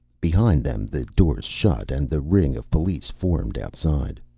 behind them the doors shut and the ring of police formed outside.